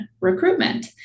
Recruitment